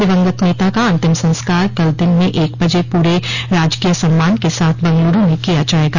दिवंगत नेता का अंतिम संस्कार कल दिन में एक बजे पूरे राजकीय सम्मान के साथ बंगलुरु में किया जाएगा